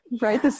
right